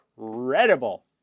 incredible